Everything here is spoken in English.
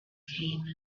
came